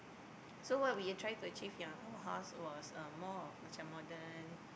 so what we are trying to achieve ya our house was um more of um macam modern